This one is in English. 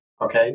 okay